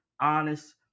honest